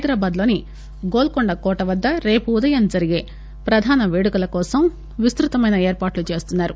హైదరాబాద్ లోని గోల్ఫొండ కోట వద్ద రేపు ఉదయం జరిగే ప్రధాన పేడుకల కోసం విస్తుతమైన ఏర్పాట్లు చేస్తున్నారు